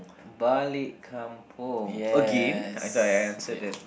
balik kampung again I thought I answered that